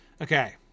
Okay